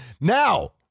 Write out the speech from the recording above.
Now